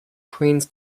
queens